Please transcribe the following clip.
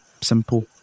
simple